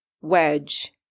Wedge